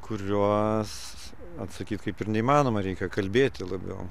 kuriuos atsakyt kaip ir neįmanoma reikia kalbėti labiau